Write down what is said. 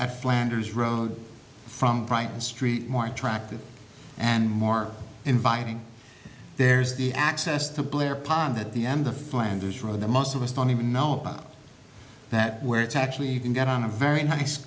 i flanders road from brighton street more attractive and more inviting there's the access to blair pond at the end the flanders road that most of us don't even know about that where it's actually you can get on a very nice